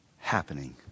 happening